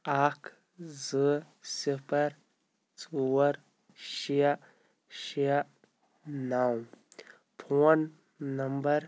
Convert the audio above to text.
اَکھ زٕ صِفر ژور شےٚ شےٚ نَو فون نمبر